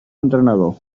entrenador